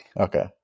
okay